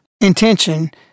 intention